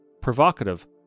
provocative